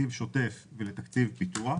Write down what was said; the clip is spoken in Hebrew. לתקציב שוטף ולתקציב פיתוח.